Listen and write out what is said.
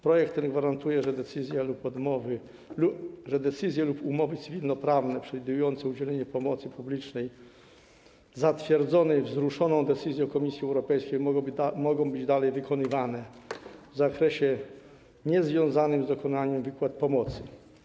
Projekt ten gwarantuje, że decyzje lub umowy cywilnoprawne przewidujące udzielenie pomocy publicznej zatwierdzonej wzruszoną decyzją Komisji Europejskiej mogą być dalej wykonywane w zakresie niezwiązanym z dokonywaniem wypłat pomocy.